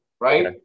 right